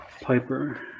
Piper